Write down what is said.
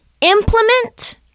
implement